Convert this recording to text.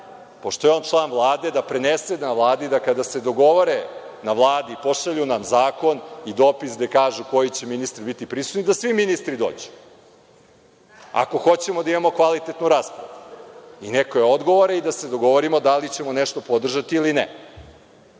pošto je on član Vlade, da prenese na Vladi da kada se dogovore na Vladi, pošalju nam zakon i dopis gde kažu koji će ministri biti prisutni, da svi ministri dođu, ako hoćemo da imamo kvalitetnu raspravu i da se dogovorimo da li ćemo nešto podržati ili ne. Ja